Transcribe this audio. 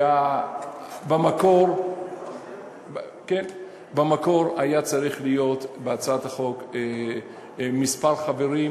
במקור היה צריך להיות בהצעת החוק מספר החברים,